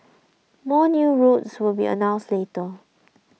more new routes will be announced later